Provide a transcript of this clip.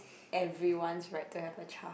everyone's right to have a child